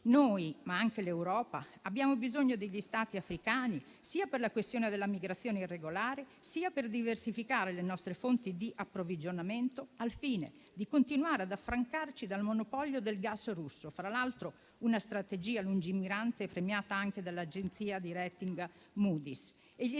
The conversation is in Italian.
Noi - ma anche l'Europa - abbiamo bisogno degli Stati africani sia per affrontare la questione della migrazione irregolare, sia per diversificare le nostre fonti di approvvigionamento al fine di continuare ad affrancarci dal monopolio del gas russo. Si tratta, fra l'altro, di una strategia lungimirante premiata anche dall'agenzia di *rating* Moody's. Gli